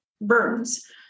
burns